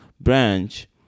branch